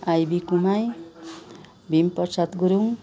I बि कुमाई भिम प्रसाद गुरङ